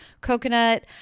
coconut